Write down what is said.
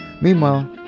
meanwhile